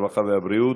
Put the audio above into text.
הרווחה והבריאות,